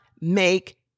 make